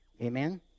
Amen